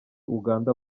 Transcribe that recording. uganda